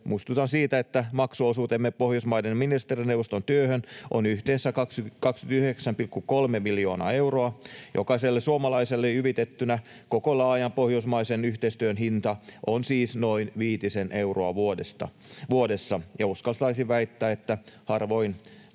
muistutan siitä, että maksuosuutemme Pohjoismaiden ministerineuvoston työhön on yhteensä 29,3 miljoonaa euroa. Jokaiselle suomalaiselle jyvitettynä koko laajan pohjoismaisen yhteistyön hinta on siis noin viitisen euroa vuodessa, ja uskaltaisin väittää, että harvoin